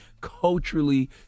culturally